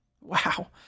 Wow